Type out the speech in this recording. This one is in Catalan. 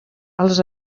els